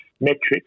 metrics